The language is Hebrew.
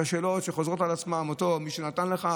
השאלות שחוזרות על עצמן: האם מישהו נתן לך,